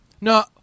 No